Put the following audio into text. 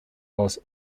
was